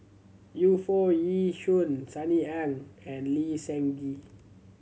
Yu Foo Yee Shoon Sunny Ang and Lee Seng Gee